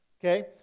Okay